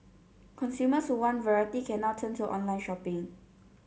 consumers who want variety can now turn to online shopping